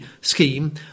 scheme